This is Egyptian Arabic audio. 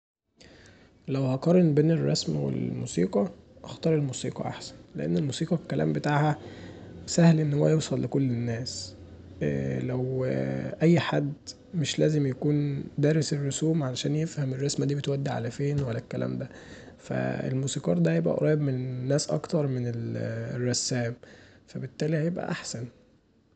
لو هقارن بين الرسم والموسيقي، هختار الموسيقي احسن لان الموسيقي الكلام بتاعها سهل ان هو يوصل لكل الناس لو اي حد مش لازم يكون دارس الرسوم عشان يفهم الرسمه دي بتودي علي فين والكلام دا فالموسيقار دا هيبقي قريب من الناس اكتر من الرسام فبالتالي هيبقي احسن